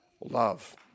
love